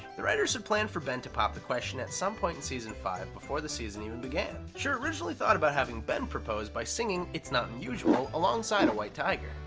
the writers had planned for ben to pop the question at some point in season five before the season even began. schur originally thought about having ben propose by singing it's not unusual alongside a white tiger.